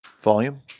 Volume